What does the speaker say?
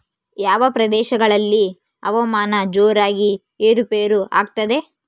ಯಾವ ಪ್ರದೇಶಗಳಲ್ಲಿ ಹವಾಮಾನ ಜೋರಾಗಿ ಏರು ಪೇರು ಆಗ್ತದೆ?